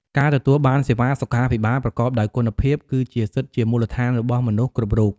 ការទទួលបានសេវាសុខាភិបាលប្រកបដោយគុណភាព គឺជាសិទ្ធិជាមូលដ្ឋានរបស់មនុស្សគ្រប់រូប។